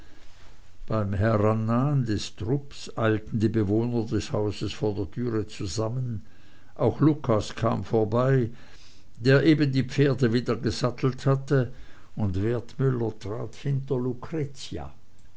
des trupps eilten die bewohner des hauses vor der türe zusammen auch lucas kam herbei der eben die pferde wieder gesattelt hatte und wertmüller trat hinter